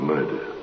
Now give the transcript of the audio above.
Murder